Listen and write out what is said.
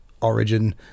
origin